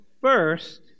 first